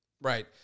Right